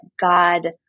God